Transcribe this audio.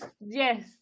yes